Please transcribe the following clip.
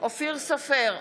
אופיר סופר,